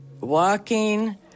walking